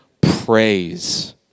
praise